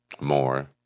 More